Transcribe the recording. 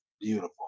beautiful